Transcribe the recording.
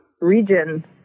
region